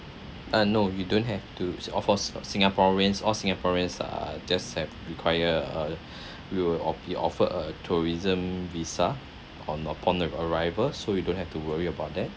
uh no you don't have to all of singaporeans all singaporeans are just have require err we will off~ be offered a tourism visa on upon the arrival so you don't have to worry about that